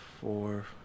four